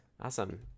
Awesome